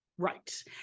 right